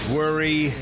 worry